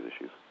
issues